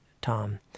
Tom